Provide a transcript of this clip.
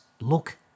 look